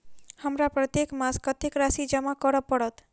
हमरा प्रत्येक मास कत्तेक राशि जमा करऽ पड़त?